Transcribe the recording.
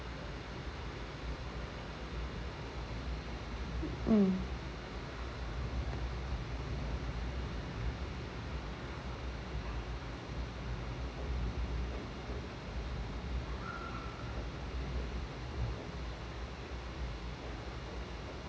mm